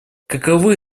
каковы